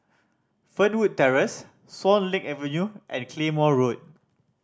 Fernwood Terrace Swan Lake Avenue and Claymore Road